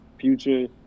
Future